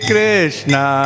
Krishna